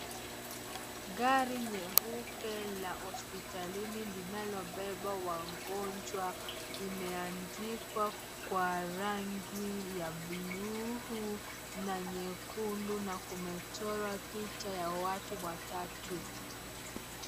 Gari nyeupe la hospitalini linalobeba wagonjwa imeandikwa kwa rangi ya blue na nyekundu, na kumechorwa picha ya watu watatu.